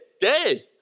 day